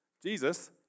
Jesus